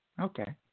okay